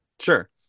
Sure